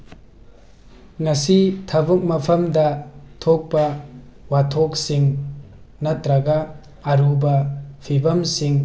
ꯉꯁꯤ ꯊꯕꯛ ꯃꯐꯝꯗ ꯊꯣꯛꯄ ꯋꯥꯊꯣꯛꯁꯤꯡ ꯅꯠꯇ꯭ꯔꯒ ꯑꯔꯨꯕ ꯐꯤꯕꯝꯁꯤꯡ